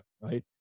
right